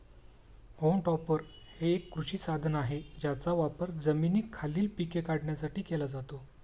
home टॉपर हे एक कृषी साधन आहे ज्याचा वापर जमिनीखालील पिके काढण्यासाठी केला जातो